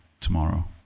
tomorrow